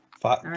Five